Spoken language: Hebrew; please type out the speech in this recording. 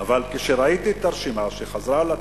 אבל כשראיתי את הרשימה, שחזרה על עצמה,